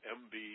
mb